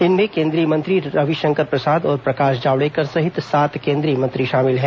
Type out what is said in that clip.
इनमें केन्द्रीय मंत्री रविशंकर प्रसाद और प्रकाश जावड़ेकर सहित सात केन्द्रीय मंत्री शामिल हैं